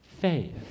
faith